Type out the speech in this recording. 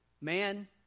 man